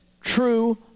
true